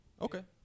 Okay